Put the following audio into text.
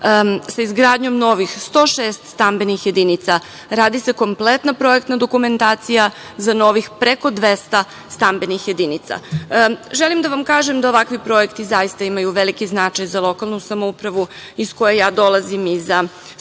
sa izgradnjom novih 106 stambenih jedinica, radi se kompletna projekta dokumentacija za novih preko 200 stambenih jedinica. Želim da vam kažem da ovakvi projekti zaista imaju veliki značaj za lokalnu samoupravu iz koje ja dolazim i za stanovnike